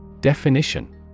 Definition